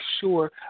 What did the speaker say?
sure